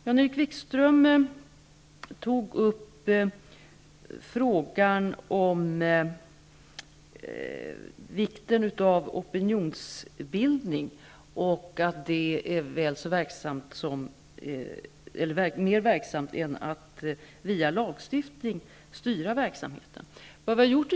Jan-Erik Wikström talade också om att det är mera verksamt med opinionsbildning än att styra verksamheten via lagstiftning.